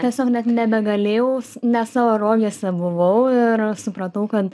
tiesiog net nebegalėjau ne savo rogėse buvau ir supratau kad